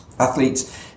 athletes